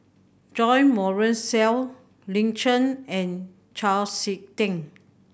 Jo Marion Seow Lin Chen and Chau Sik Ting